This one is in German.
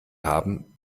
haben